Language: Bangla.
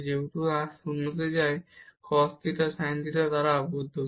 যেহেতু r 0 তে যায় তাই এই cos theta sin theta আবদ্ধ হবে